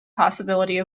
possibility